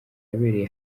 yabereye